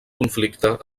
conflicte